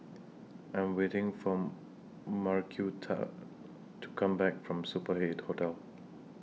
I Am waiting For Marquita to Come Back from Super eight Hotel